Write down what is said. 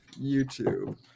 YouTube